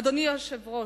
אדוני היושב-ראש,